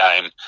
game